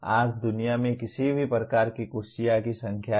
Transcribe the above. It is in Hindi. आज दुनिया में किसी भी प्रकार की कुर्सियों की संख्या है